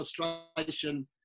illustration